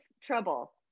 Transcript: trouble